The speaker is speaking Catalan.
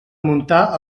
muntar